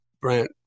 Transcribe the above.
Brent